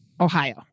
Ohio